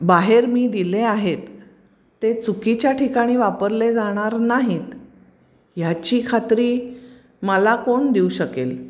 बाहेर मी दिले आहेत ते चुकीच्या ठिकाणी वापरले जाणार नाहीत ह्याची खात्री मला कोण देऊ शकेल